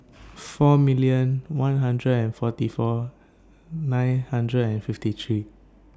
four million one hundred and forty four nine hundred and fifty three